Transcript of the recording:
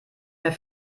mehr